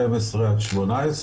12-18,